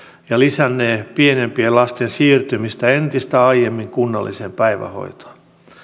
ja lisännee pienempien lasten siirtymistä entistä aiemmin kunnalliseen päivähoitoon